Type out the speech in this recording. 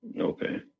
Okay